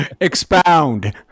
Expound